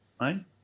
right